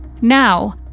Now